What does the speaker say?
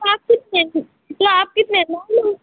आपके फ़्रेंड जो आपकी लोग